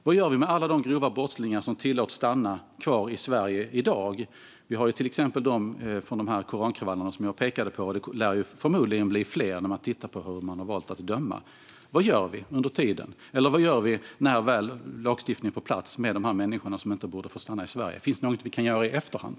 Vad gör vi med alla de grova brottslingar som tillåts stanna kvar i Sverige i dag? Vi har till exempel dem från korankravallerna som jag nämnde, och det blir förmodligen fler med tanke på hur man har valt att döma. Och när lagstiftning väl är på plats, vad gör vi då med människor som inte borde ha fått stanna i Sverige? Finns det något vi kan göra i efterhand?